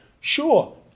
sure